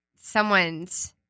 someone's